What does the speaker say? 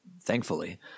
thankfully